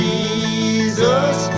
Jesus